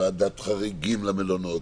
וועדת חריגים למלוניות,